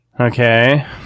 Okay